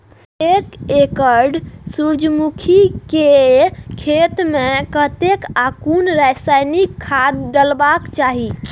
एक एकड़ सूर्यमुखी केय खेत मेय कतेक आ कुन रासायनिक खाद डलबाक चाहि?